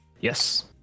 Yes